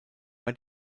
bei